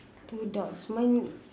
two ducks mine